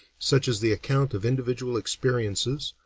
such as the account of individual experiences,